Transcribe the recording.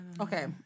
Okay